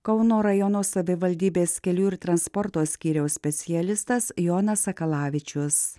kauno rajono savivaldybės kelių ir transporto skyriaus specialistas jonas sakalavičius